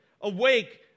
Awake